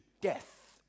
death